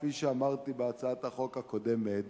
כפי שאמרתי בהצעת החוק הקודמת,